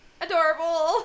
Adorable